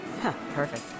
perfect